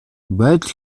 байдал